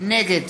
נגד